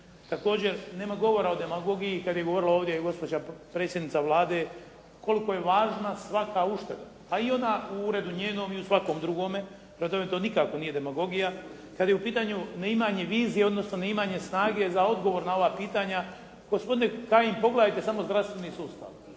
Također nema govora o demagogiji kad je govorila ovdje i gospođa predsjednica Vlade koliko je važna sva ta ušteda, a i ona u uredu njenom, i u svakom drugome. Prema tome, to nikako nije demagogija. Kad je u pitanju neimanje vizije, odnosno neimanje snage za odgovor na ova pitanja, gospodine Kajin pogledajte samo zdravstveni sustav.